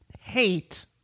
hate